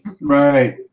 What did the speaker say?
Right